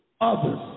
others